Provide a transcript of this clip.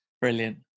Brilliant